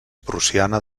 prussiana